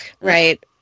Right